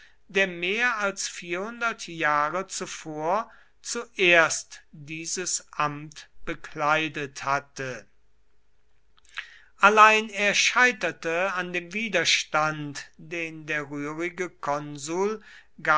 der mehr als vierhundert jahre zuvor zuerst dieses amt bekleidet hatte allein er scheiterte an dem widerstand den der rührige konsul